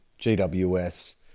GWS